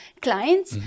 clients